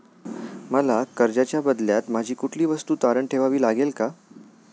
मला कर्जाच्या बदल्यात माझी कुठली वस्तू तारण ठेवावी लागेल का?